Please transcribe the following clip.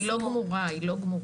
היא לא גמורה, היא לא גמורה.